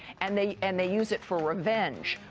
and they and they use it for revenge,